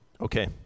Okay